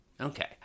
Okay